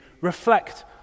reflect